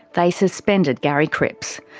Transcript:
they suspended gary cripps.